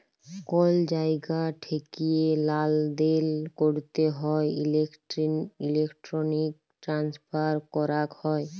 call জায়গা ঠেকিয়ে লালদেল ক্যরতে হ্যলে ইলেক্ট্রনিক ট্রান্সফার ক্যরাক হ্যয়